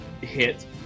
hit